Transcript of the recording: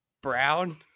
Brown